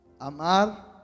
Amar